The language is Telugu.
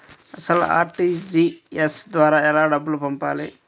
అసలు అర్.టీ.జీ.ఎస్ ద్వారా ఎలా డబ్బులు పంపాలి?